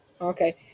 Okay